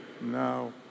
Now